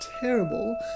terrible